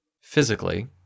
Physically